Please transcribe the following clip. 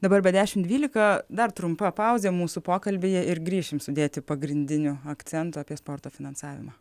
dabar be dešimt dvylika dar trumpa pauzė mūsų pokalbyje ir grįšim sudėti pagrindinio akcento apie sporto finansavimą